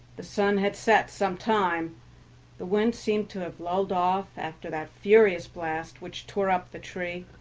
the sun had set some time the wind seemed to have lulled off after that furious blast which tore up the tree.